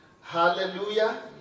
Hallelujah